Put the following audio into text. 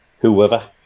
whoever